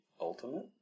Ultimate